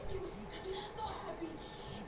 बोरी में भर के अनाज रखायी त सही परी की ना?